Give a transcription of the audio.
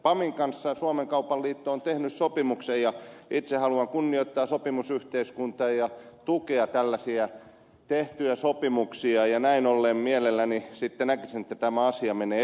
pamin kanssa suomen kaupan liitto on tehnyt sopimuksen ja itse haluan kunnioittaa sopimusyhteiskuntaa ja tukea tällaisia tehtyjä sopimuksia ja näin ollen mielelläni sitten näkisin että tämä asia menee eteenpäin